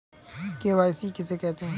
KYC किसे कहते हैं?